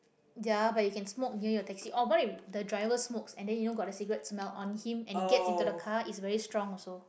ya but you can smoke during the taxi or what when the driver smoke and then you know got cigarette smell on him and you get into the car is also very strong also